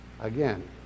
Again